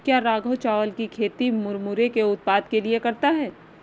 क्या राघव चावल की खेती मुरमुरे के उत्पाद के लिए करता है?